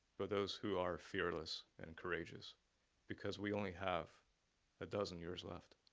but those who are fearless and courageous because we only have a dozen years left